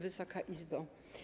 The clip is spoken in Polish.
Wysoka Izbo!